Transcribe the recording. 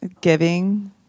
Giving